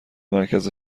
مرکز